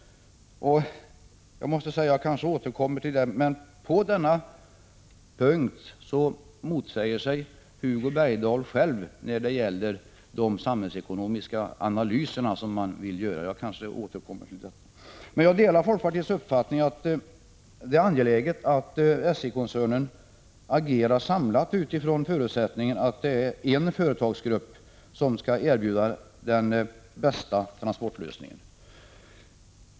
Jag måste säga — jag kanske återkommer till detta — att Hugo Bergdahl på denna punkt motsäger sig själv vad gäller de samhällsekonomiska analyserna, som man vill göra. Men jag delar folkpar — Prot. 1985/86:142 tiets uppfattning att det är angeläget att SJ-koncernen agerar samlat utifrån 15 maj 1986 förutsättningen att det är en företagsgrupp som skall erbjuda den bästa transportlösningen.